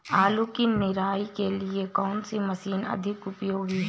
आलू की निराई के लिए कौन सी मशीन अधिक उपयोगी है?